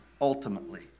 ultimately